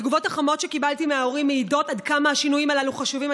התגובות החמות שקיבלתי מההורים מעידות עד כמה השינויים האלה חשובים.